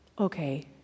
Okay